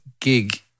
gig